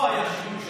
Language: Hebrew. פה היה שינוי,